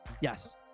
Yes